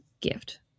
gift